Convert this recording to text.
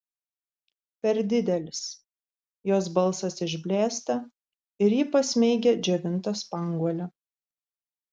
per didelis jos balsas išblėsta ir ji pasmeigia džiovintą spanguolę